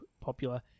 popular